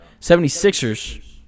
76ers